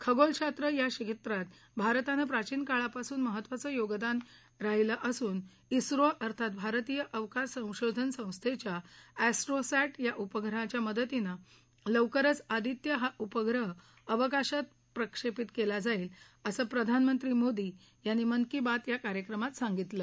खगोल शास्त्र या क्षेत्रात भारताचं प्राचीन काळापासून महत्वाचं योगदान राहिलं असून झो अर्थात भारतीय अवकाश संशोधन संस्थेच्या अस्ट्रीसप्टी या उपग्रहाच्या मदतीनं लवकरच आदित्य हा उपग्रह अवकाशात प्रक्षेपित केला जाईल असं प्रधानमंत्री मोदी यांनी मन की बात या कार्यक्रमात सांगितलं